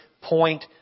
point